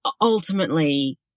ultimately